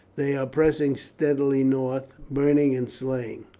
they are pressing steadily north, burning and slaying.